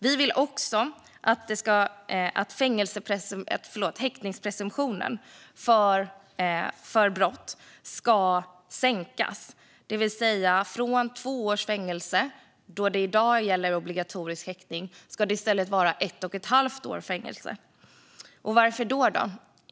Vi vill också att häktningspresumtionen för brott ska sänkas från två års fängelse, som i dag gäller för obligatorisk häktning, till ett och ett halvt års fängelse. Varför?